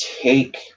take